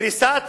קריסת